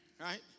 Right